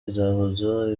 izahuza